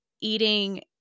eating